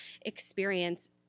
experience